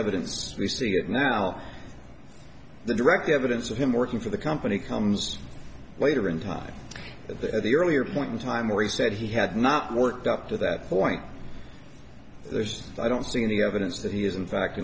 evidence we see it now the direct evidence of him working for the company comes later in time to the earlier point in time where he said he had not worked up to that point i don't see any evidence that he was in fact